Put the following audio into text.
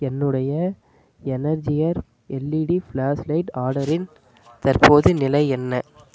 என்னுடைய Energizer LED flashlight ஆர்டரின் தற்போதைய நிலை என்ன